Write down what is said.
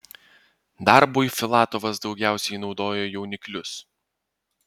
darbui filatovas daugiausiai naudojo jauniklius